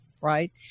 Right